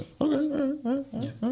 Okay